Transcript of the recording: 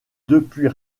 depuis